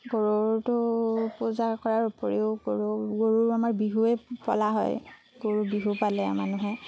গৰুৰটো পূজা কৰাৰ উপৰিও গৰু গৰু আমাৰ বিহুৱে পলা হয় গৰু বিহু পালে মানুহে